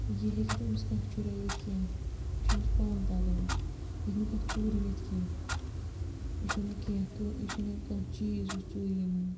یہِ ہیٚکہِ نہٕ أمِس کانٛہہ چُرٲوِتھ کیٚنٛہہ یہِ چھُ أمِس پانہٕ تگان یہِ ہیٚکہِ نہٕ کانٛہہ ژوٗرِ نِتھ کیٚنٛہہ یہِ چھُنہٕ کیٚنٛہہ یہِ چھُنہٕ کانٛہہ چیٖز یُس ژوٗرِ یی نِنہِ